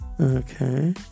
Okay